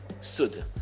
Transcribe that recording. Sud